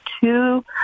two